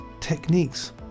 techniques